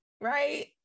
right